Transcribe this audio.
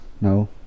No